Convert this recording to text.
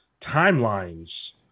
timelines